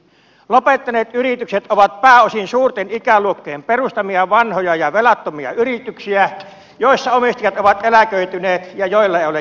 lopettaneet yritykset ovat pääosin suurten ikäluokkien perustamia vanhoja ja velattomia yrityksiä joissa omistajat ovat eläköityneet ja joilla ei ole jatkajaa